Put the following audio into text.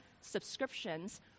subscriptions